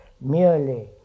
merely